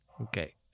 Okay